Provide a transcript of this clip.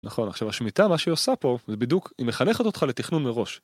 נכון עכשיו השמיטה מה שהיא שעושה פה זה בדיוק היא מחנכת אותך לתכנון מראש